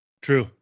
true